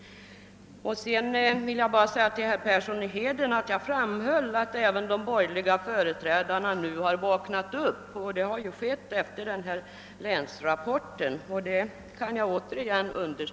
För herr Persson i Heden vill jag på nytt framhålla att jag sade att de borgerliga vaknade upp sedan den här nämnda länsrapporten avgivits.